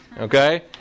Okay